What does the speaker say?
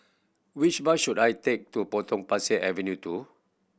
which bus should I take to Potong Pasir Avenue Two